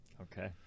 okay